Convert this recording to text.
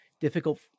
difficult